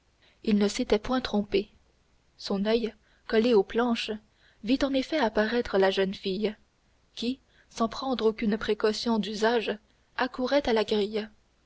il ne s'était point trompé son oeil collé aux planches vit en effet apparaître la jeune fille qui sans prendre aucune précaution d'usage accourait à la grille